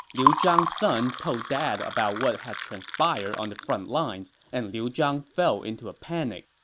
liu zhang's son told dad about what had transpired on the front lines, and liu zhang fell into a panic.